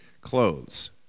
clothes